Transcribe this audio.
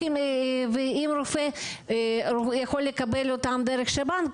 ואם יש רופא שיכול לקבל אותם דרך שב"ן,